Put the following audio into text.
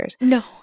No